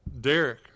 Derek